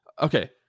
okay